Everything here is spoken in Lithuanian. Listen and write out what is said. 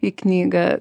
į knygą